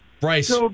Bryce